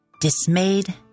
Dismayed